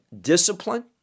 discipline